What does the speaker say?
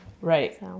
Right